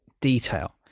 detail